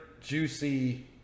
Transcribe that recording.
juicy